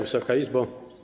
Wysoka Izbo!